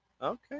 Okay